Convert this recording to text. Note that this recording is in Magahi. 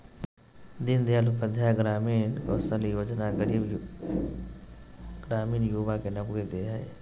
दीन दयाल उपाध्याय ग्रामीण कौशल्य योजना गरीब ग्रामीण युवा के नौकरी दे हइ